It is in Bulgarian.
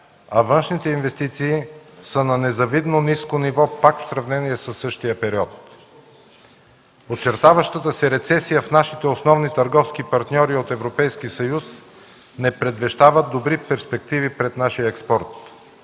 а външните инвестиции са на незавидно ниско ниво пак в сравнение със същия период. Очертаващата се рецесия в нашите основни търговски партньори от Европейския съюз не предвещава добри перспективи пред нашия експорт.